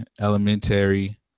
elementary